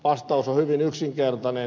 vastaus on hyvin yksinkertainen